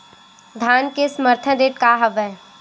धान के समर्थन रेट का हवाय?